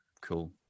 cool